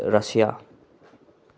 Russia